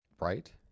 Right